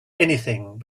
anything